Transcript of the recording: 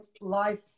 life